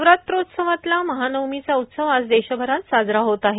नवरात्रोत्सवातला महानवमीचा उत्सव आज देशभरात साजरा होत आहे